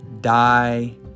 die